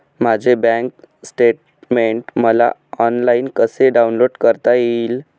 माझे bank statement मला online कसे डाउनलोड करता येईल?